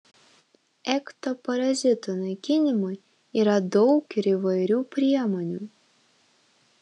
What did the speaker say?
ekto parazitų naikinimui yra daug ir įvairių priemonių